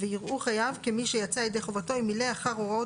ויראו חייב כמי שיצא ידי חובתו אם מילא אחר הוראות